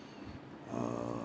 err